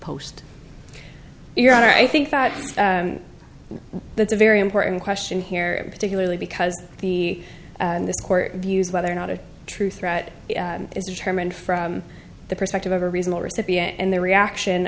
post your honor i think that that's a very important question here particularly because the this court views whether or not a true threat is determined from the perspective of a reasonable recipient and the reaction